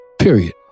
period